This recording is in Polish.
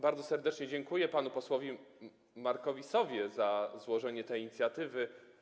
Bardzo serdecznie dziękuję panu posłowi Markowi Sowie za złożenie tej inicjatywy.